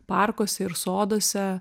parkuose ir soduose